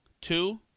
two